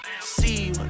see